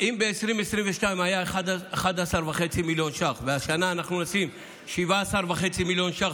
אם ב-2022 היו 11.5 מיליון ש"ח והשנה אנחנו נשים 17.5 מיליון ש"ח,